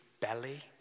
belly